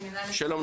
הבריכה.